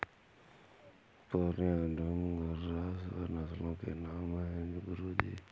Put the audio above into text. पूर्णिया, डूम, घुर्राह सूअर नस्लों के नाम है गुरु जी